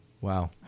wow